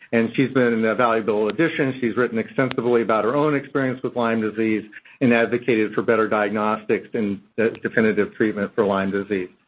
and she's been and a valuable addition. she's written extensively about her own experience with lyme disease and advocated for better diagnostics and the definitive treatment for lyme disease.